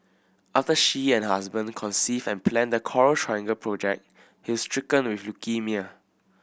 after she and her husband conceived and planned the Coral Triangle project he's stricken with leukaemia